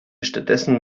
stattdessen